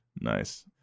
Nice